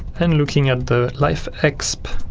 and looking at the lifeexp